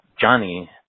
Johnny